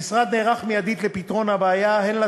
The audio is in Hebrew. המשרד נערך לפתרון מיידי של הבעיה,